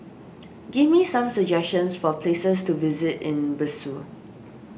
give me some suggestions for places to visit in Bissau